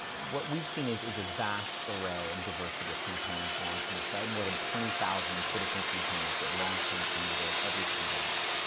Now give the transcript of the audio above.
what we've seen is, is a vast array and diversity of campaigns launched in the site. more than twenty thousand citizen campaigns get launched on change dot org every single month,